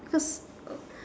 because uh